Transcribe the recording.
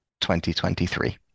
2023